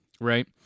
right